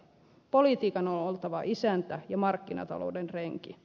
politiikan on oltava isäntä ja markkinatalouden renki